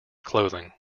clothing